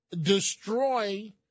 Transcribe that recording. destroy